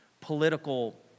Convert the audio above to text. political